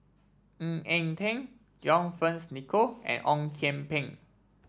Ng Eng Teng John Fearns Nicoll and Ong Kian Peng